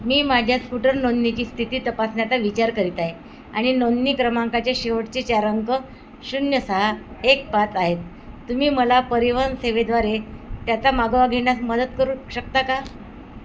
मी माझ्या स्कूटर नोंदणीची स्थिती तपासण्याचा विचार करीत आहे आणि नोंदणी क्रमांकाचे शेवटचे चार अंक शून्य सहा एक पाच आहेत तुम्ही मला परिवहन सेवेद्वारे त्याचा मागोवा घेण्यास मदत करू शकता का